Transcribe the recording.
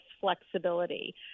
flexibility